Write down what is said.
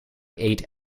eight